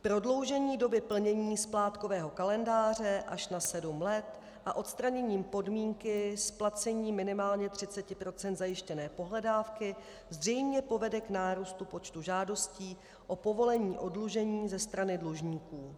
Prodloužení doby plnění splátkového kalendáře až na sedm let a odstranění podmínky splacení minimálně 30 % zajištěné pohledávky zřejmě povede k nárůstu počtu žádostí o povolení oddlužení ze strany dlužníků.